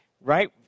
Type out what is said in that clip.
right